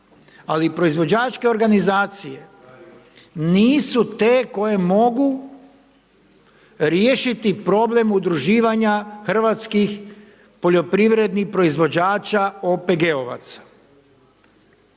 ali proizvođačke organizacije nisu te koje mogu riješiti problem udruživanja hrvatskih poljoprivrednih proizvođača OPG-ovaca.